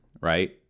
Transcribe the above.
right